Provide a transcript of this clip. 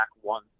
one